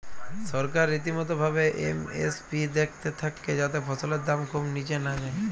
সরকার রীতিমতো ভাবে এম.এস.পি দ্যাখতে থাক্যে যাতে ফসলের দাম খুব নিচে না যায়